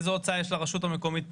איזה הוצאה יש לרשות המקומית פה?